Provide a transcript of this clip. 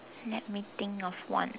let me think of one